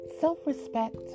self-respect